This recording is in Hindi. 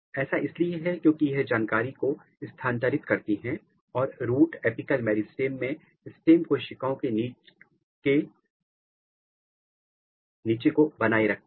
ऐसा इसलिए है क्योंकि यह जानकारी को स्थानांतरित करती हैं और रूट अपिकल मेरिस्टम में स्टेम कोशिकाओं के नीच को बनाए रखती हैं